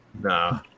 Nah